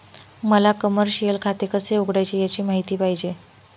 मला कमर्शिअल खाते कसे उघडायचे याची माहिती पाहिजे